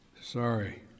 Sorry